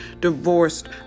divorced